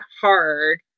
hard